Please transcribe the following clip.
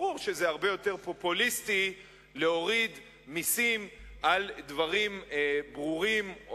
ברור שהרבה יותר פופוליסטי להוריד מסים על דברים ברורים,